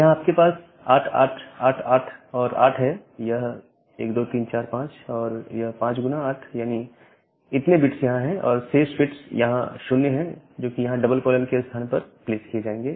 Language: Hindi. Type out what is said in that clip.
यहां आपके पास 8888 और 8 है यह 1 2 3 4 5 और यह 5 गुना 8 यानी इतने बिट्स यहां हैं और शेष बिट्स यहां 0 हैं जो कि यहां डबल कॉलन के स्थान पर प्लेस किए जाएंगे